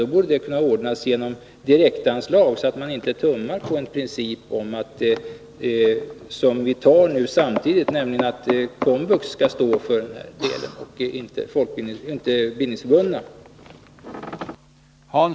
Då borde det också kunna ordnas genom direktanslag, så att man inte tummar på en princip om arbetsfördelning som vi nu fastslår mellan KOMVUX och bildningsförbunden.